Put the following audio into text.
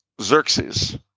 Xerxes